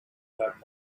that